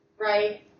right